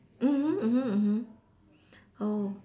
mmhmm oh